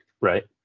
right